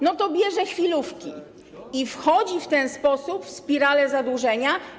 No to bierze chwilówki i wchodzi w ten sposób w spiralę zadłużenia.